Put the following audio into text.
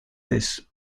this